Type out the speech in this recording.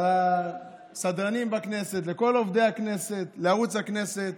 לסדרנים בכנסת, לכל עובדי הכנסת, לערוץ הכנסת,